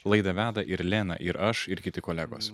laidą veda ir lena ir aš ir kiti kolegos